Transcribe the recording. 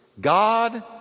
God